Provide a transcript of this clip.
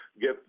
get